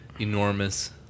enormous